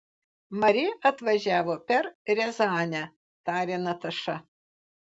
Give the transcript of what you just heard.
mari atvažiavo per riazanę tarė nataša